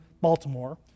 Baltimore